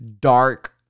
dark